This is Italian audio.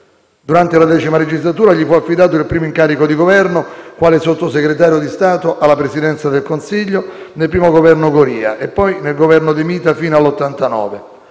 Durante la X legislatura gli fu affidato il primo incarico di Governo quale Sottosegretario di Stato alla Presidenza del Consiglio nel primo Governo Goria e poi nel Governo De Mita fino al 1989.